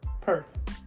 Perfect